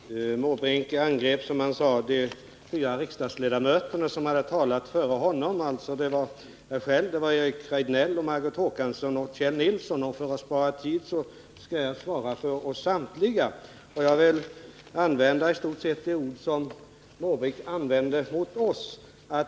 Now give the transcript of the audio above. Fru talman! Bertil Måbrink angrep, som han sade, de fyra riksdagsledamöter som hade talat före honom. Det var alltså jag själv, Eric Rejdnell, Margot Håkansson och Kjell Nilsson. För att spara tid skall jag svara för oss samtliga. Jag vill använda i stort sett de ord som Bertil Måbrink använde mot oss.